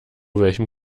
welchem